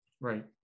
Right